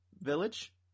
village